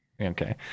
Okay